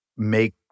make